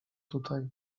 tutaj